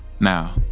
Now